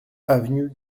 avenue